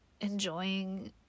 enjoying